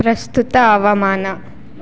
ಪ್ರಸ್ತುತ ಹವಾಮಾನ